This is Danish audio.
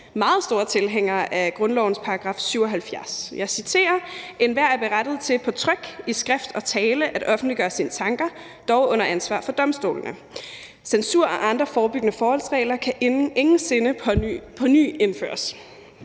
meget store tilhængere af grundlovens § 77, hvor der står – og jeg citerer: »Enhver er berettiget til på tryk, i skrift og tale at offentliggøre sine tanker, dog under ansvar for domstolene. Censur og andre forebyggende forholdsregler kan ingensinde påny indføres.«